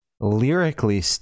lyrically